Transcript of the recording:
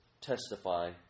testify